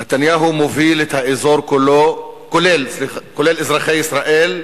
נתניהו מוביל את האזור כולו, כולל אזרחי ישראל,